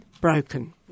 broken